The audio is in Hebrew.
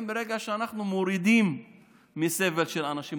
ברגע שאנחנו מורידים מסבל של אנשים,